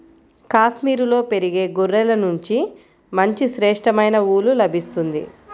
కాశ్మీరులో పెరిగే గొర్రెల నుంచి మంచి శ్రేష్టమైన ఊలు లభిస్తుంది